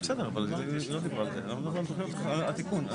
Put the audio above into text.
אנחנו עוברים לנושא הבא בעקבות התיקונים שנעשו.